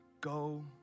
Go